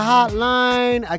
Hotline